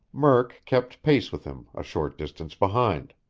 murk kept pace with him, a short distance behind.